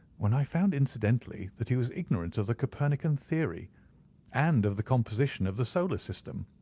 when i found incidentally that he was ignorant of the copernican theory and of the composition of the solar system.